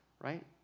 right